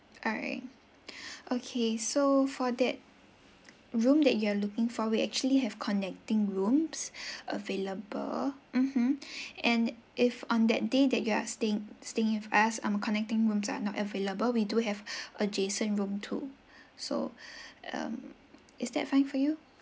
alright okay so for that room that you are looking for we actually have connecting rooms available mmhmm and if on that day that you are staying staying with us um connecting rooms are not available we do have adjacent room too so um is that fine for you